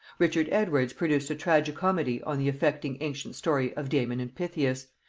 richard edwards produced a tragi-comedy on the affecting ancient story of damon and pithias,